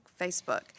Facebook